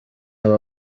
aba